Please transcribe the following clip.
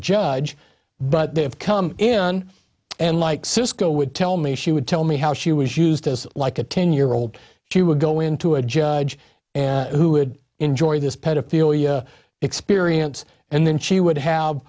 judge but they have come in and like cisco would tell me she would tell me how she was used as like a ten year old she would go into a judge who would enjoy this pedophilia experience and then she would have